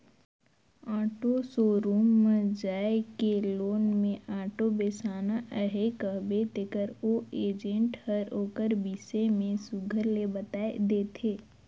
auto showroom म जाए के लोन में आॅटो बेसाना अहे कहबे तेकर ओ एजेंट हर ओकर बिसे में सुग्घर ले बताए देथे